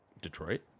Detroit